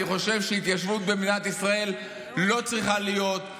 אני חושב שהתיישבות במדינת ישראל לא צריכה להיות,